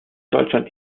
deutschland